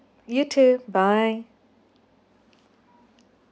you too bye